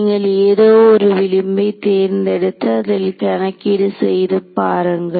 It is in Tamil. நீங்கள் ஏதோ ஒரு விளிம்பை தேர்ந்தெடுத்து அதில் கணக்கீடு செய்து பாருங்கள்